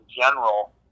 general